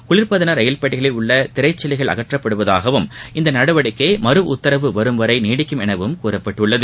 குளிர்சாதன பெட்டிகளில் உள்ள திரைச்சீலைகள் அகற் ப்படுவதாகவும் இந்த நடவடிக்கை மறு உத்தரவு வரும் வரை நீடிக்கும் எனவும் கூப்பட்டுள்ளது